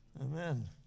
Amen